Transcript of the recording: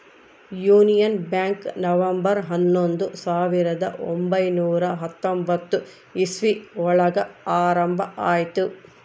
union Bank November ಹನ್ನೊಂದು ಸಾವಿರದ ಒಂಬೈನುರ ಹತ್ತೊಂಬತ್ತು ಇಸ್ವಿ ಒಳಗ ಆರಂಭ ಆಯ್ತು